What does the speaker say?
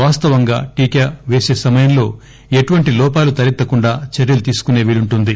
వాస్తవంగా టీకా వేసే సమయంలో ఎటువంటి లోపాలు తలెత్తకుండా చర్యలు తీసుకునే వీలుంటుంది